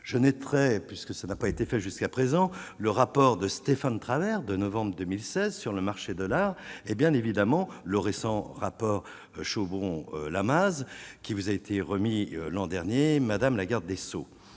je n'ai très puisque ça n'a pas été fait jusqu'à présent, le rapport de Stéphane Travert de novembre 2016 sur le marché de l'art, et bien évidemment le récent rapport Chevron Lamaze, qui vous a été remis l'an dernier, madame la garde des Sceaux,